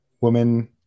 woman